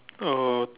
uh